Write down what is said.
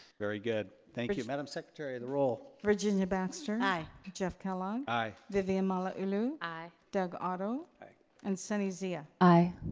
very good, thank you. madame secretary, the roll. virginia baxter. and i. jeff kellogg. i. vivian malauulu. i. doug otto. and sunny zia. i.